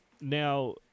Now